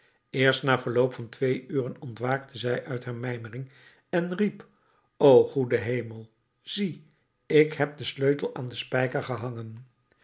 eerst na verloop van twee uren ontwaakte zij uit haar mijmering en riep o goede hemel zie ik heb den sleutel aan den spijker gehangen